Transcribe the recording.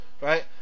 Right